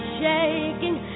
shaking